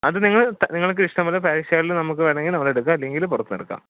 അത് നിങ്ങൾ ത നിങ്ങൾക്ക് ഇഷ്ടം പോലെ പാരിഷ് ഹാളിൽ നമുക്ക് വേണമെങ്കിൽ നമ്മൾ എടുക്കാം അല്ലെങ്കിൽ പുറത്തുനിന്ന് എടുക്കാം